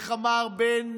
איך אמר בן